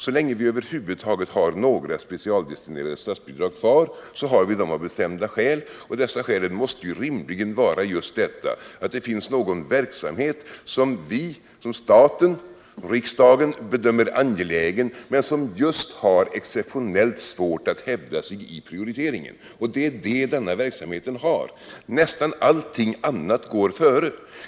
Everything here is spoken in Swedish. Så länge vi över huvud taget har några specialdestinerade statsbidrag kvar har vi dem av bestämda skäl, och dessa skäl måste rimligen vara just att det finns någon verksamhet som staten, riksdagen, bedömer vara angelägen men som just har exceptionellt svårt att hävda sig i prioriteringen. Och det är det denna verksamhet har. Nästan allting annat går före.